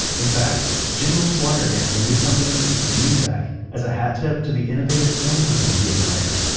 in fact, general squier named the new company muzak as a hat tip to the innovative film company he admired,